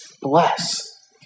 Bless